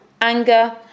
anger